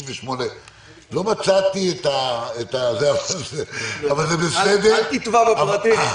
68. לא מצאתי --- אל תטבע בפרטים.